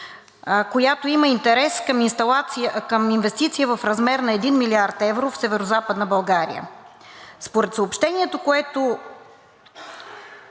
която има интерес към инвестиция в размер на 1 млрд. евро в Северозападна България. Според съобщението, което